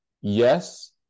yes